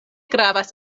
gravas